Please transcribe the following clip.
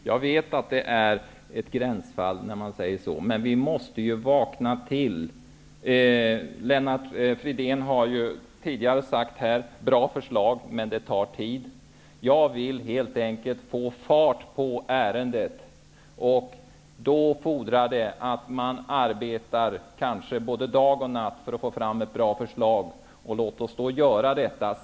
Herr talman! Jag vet att det är ett gränsfall när man säger detta. Men vi måste vakna till. Lennart Fridén har ju tidigare sagt att det är ett bra förslag men att det tar tid. Jag vill helt enkelt få fart på ärendet. Då fordrar det kanske att man arbetar både dag och natt för att få fram ett bra förslag. Låt oss då göra detta.